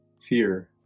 fear